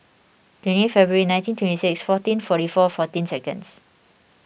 twenty February nineteen twenty six fourteen forty four fourteen seconds